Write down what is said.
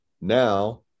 now